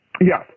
Yes